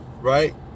right